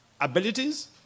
abilities